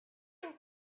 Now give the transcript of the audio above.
going